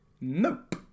Nope